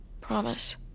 Promise